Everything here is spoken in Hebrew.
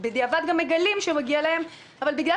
ובדיעבד הם גם מגלים שמגיע להם אבל בגלל